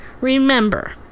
remember